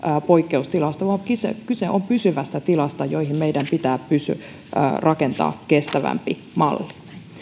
poikkeustilasta vaan kyse on pysyvästä tilasta johon meidän pitää rakentaa kestävämpi malli